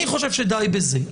אני חושב שדי בזה.